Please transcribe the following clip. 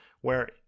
where-